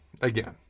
again